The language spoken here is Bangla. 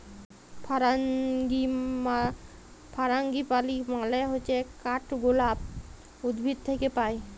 ফারাঙ্গিপালি মানে হচ্যে কাঠগলাপ উদ্ভিদ থাক্যে পায়